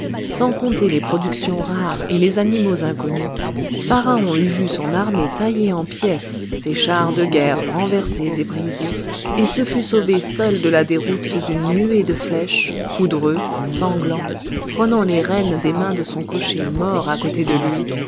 sans compter les productions rares et les animaux inconnus pharaon eût vu son armée taillée en pièces ses chars de guerre renversés et brisés et se fût sauvé seul de la déroute sous une nuée de flèches poudreux sanglant prenant les rênes des mains de son cocher mort à côté de lui